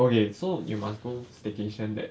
okay so you must oh staycation that